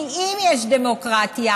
כי אם יש דמוקרטיה,